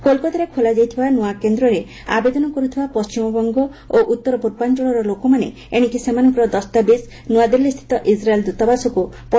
କୋଲକାତାରେ ଖୋଲାଯାଇଥିବା ନୂଆ କେନ୍ଦ୍ରରେ ଆବେଦନ କରୁଥିବା ପଣ୍ଟିମବଙ୍ଗ ଓ ଉତ୍ତରପୂର୍ବାଞ୍ଚଳର ଲୋକମାନେ ଏଶିକି ସେମାନଙ୍କର ଦସ୍ତାବିଜ୍ ନୂଆଦିଲ୍ଲୀ ସ୍ଥିତ ଇସ୍ରାଏଲ ଦୂତାବାସକୁ ପଠାଇବାକୁ ପଡ଼ିବ ନାହିଁ